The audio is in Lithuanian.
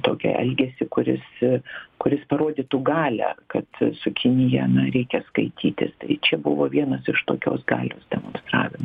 tokį elgesį kuris kuris parodytų galią kad su kinija na reikia skaitytis tai čia buvo vienas iš tokios galios demonstravimo